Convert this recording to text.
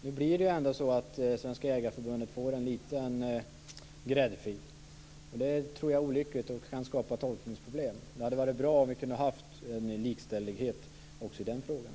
Nu blir det ändå så att Svenska Jägareförbundet får en liten gräddfil. Det tror jag är olyckligt och kan skapa tolkningsproblem. Det hade varit bra om vi hade kunnat ha en likställighet också i den frågan.